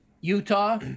Utah